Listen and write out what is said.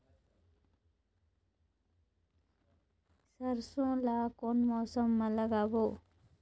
सरसो ला कोन मौसम मा लागबो?